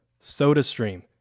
SodaStream